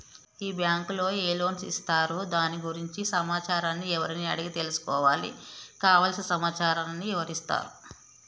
ఈ బ్యాంకులో ఏ లోన్స్ ఇస్తారు దాని గురించి సమాచారాన్ని ఎవరిని అడిగి తెలుసుకోవాలి? కావలసిన సమాచారాన్ని ఎవరిస్తారు?